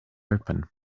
open